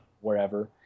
wherever